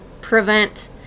prevent